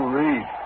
read